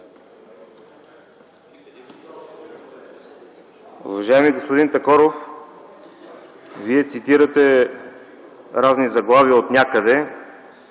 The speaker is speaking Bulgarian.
Уважаеми господин Такоров! Вие цитирате разни заглавия отнякъде,